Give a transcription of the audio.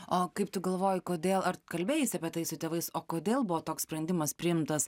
o kaip tu galvoji kodėl ar kalbėjaisi apie tai su tėvais o kodėl buvo toks sprendimas priimtas